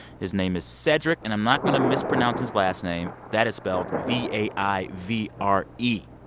his name is cedric. and i'm not going to mispronounce his last name. that is spelled v a i v r e.